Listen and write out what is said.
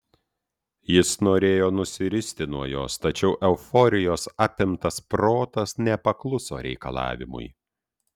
jis norėjo nusiristi nuo jos tačiau euforijos apimtas protas nepakluso reikalavimui